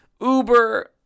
Uber